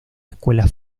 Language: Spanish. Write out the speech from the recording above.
escuela